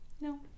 No